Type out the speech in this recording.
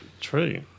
True